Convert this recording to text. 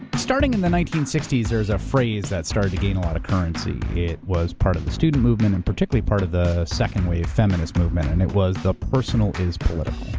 starting in the nineteen sixty s, there's a phrase that started to gain a lot of currency it was part of the student movement and particularly part of the second wave feminist movement and it was, the personal is political.